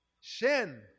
Shin